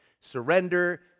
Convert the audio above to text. Surrender